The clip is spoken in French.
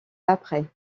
après